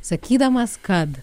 sakydamas kad